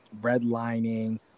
redlining